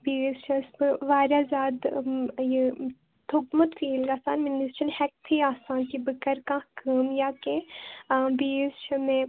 بیٚیہِ حظ چھس بہٕ واریاہ زیادٕ یہِ تھُوٚکمُت فیٖل گَژھان مےٚ نہٕ حظ چھَنہِ ہیٚکتھٕے آسان کہِ بہٕ کَر کانٛہہ کٲم یا کیٚنٛہہ بیٚیہِ حظ چھِ مےٚ